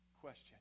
question